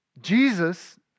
Jesus